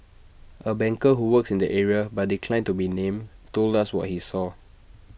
A banker who works in the area but declined to be named told us what he saw